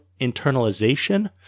internalization